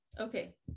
okay